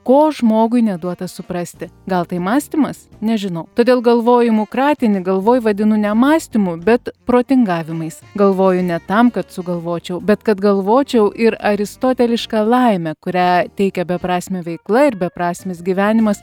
ko žmogui neduota suprasti gal tai mąstymas nežinau todėl galvojimų kratinį galvoj vadinu ne mąstymu bet protingavimais galvoju ne tam kad sugalvočiau bet kad galvočiau ir aristotelišką laimę kurią teikia beprasmė veikla ir beprasmis gyvenimas